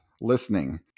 listening